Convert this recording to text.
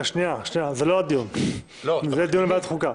זה לא הדיון, זה דיון בוועדת חוקה.